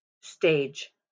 stage